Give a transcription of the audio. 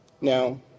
now